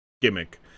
gimmick